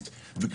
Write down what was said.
אז זה,